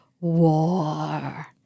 war